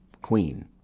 queen.